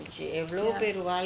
yeah